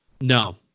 No